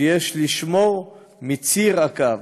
שיש לשמור מציר הקו.